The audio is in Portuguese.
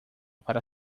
para